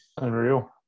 Unreal